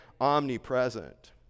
omnipresent